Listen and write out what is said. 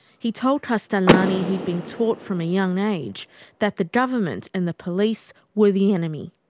he told castellani he'd been taught from a young age that the government and the police were the enemy.